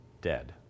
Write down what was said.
dead